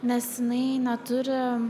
nes jinai neturi